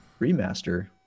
remaster